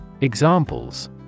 Examples